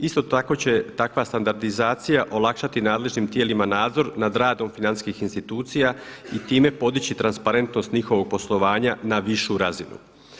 Isto tako će takva standardizacija olakšati nadležnim tijelima nadzor nad radom financijskim institucija i time podići transparentnost njihovog poslovanja na višu razinu.